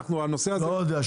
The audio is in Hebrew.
לא יודע.